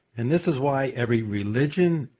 and this is why every religion,